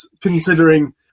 Considering